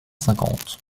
cinquante